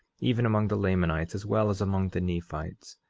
even among the lamanites as well as among the nephites,